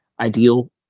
ideal